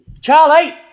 Charlie